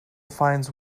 finds